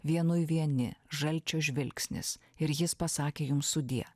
vienui vieni žalčio žvilgsnis ir jis pasakė jums sudie